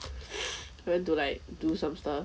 went to like do some stuff